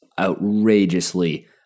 outrageously